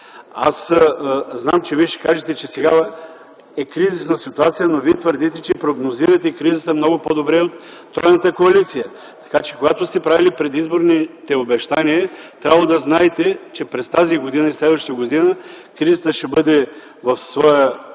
Аз знам, че вие ще кажете, че сега е кризисна ситуация, но вие твърдите, че прогнозирате кризата много по-добре от тройната коалиция. Така че, когато сте правили предизборните обещания, трябвало е да знаете, че през тази и следващата години кризата ще бъде в своя